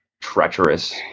treacherous